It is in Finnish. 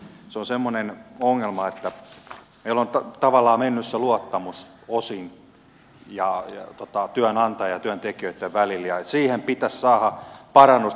se on semmoinen ongelma että meillä on tavallaan mennyt se luottamus osin työnantajan ja työntekijöitten välillä ja siihen pitäisi saada parannusta